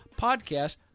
podcast